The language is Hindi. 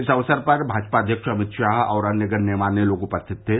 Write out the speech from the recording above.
इस अवसर पर भाजपा अध्यक्ष अमित शाह और अन्य गण्यमान्य लोग उपस्थित थे